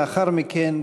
לאחר מכן,